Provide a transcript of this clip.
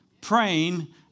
praying